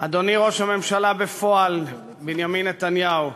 אדוני ראש הממשלה בפועל, בנימין נתניהו,